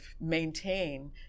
maintain